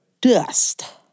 dust